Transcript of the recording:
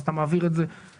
אתה מעביר את זה כעודפים.